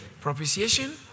Propitiation